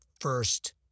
first